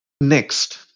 Next